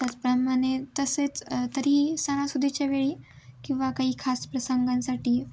त्याचप्रमाणे तसेच तरीही सणासुदीच्या वेळी किंवा काही खास प्रसंगांसाठी